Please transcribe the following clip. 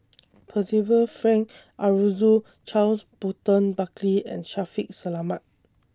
Percival Frank Aroozoo Charles Burton Buckley and Shaffiq Selamat